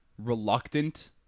reluctant